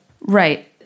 Right